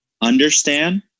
understand